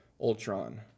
Ultron